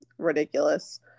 Ridiculous